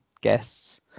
guests